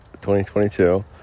2022